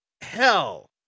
hell